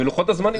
ולוחות הזמנים.